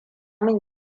mun